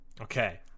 Okay